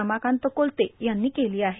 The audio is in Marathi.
रमाकांत कोलते यांनी केली आहे